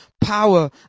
power